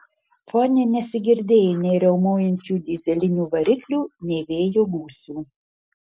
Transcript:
fone nesigirdėjo nei riaumojančių dyzelinių variklių nei vėjo gūsių